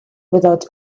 without